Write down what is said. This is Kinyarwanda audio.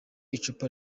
icupa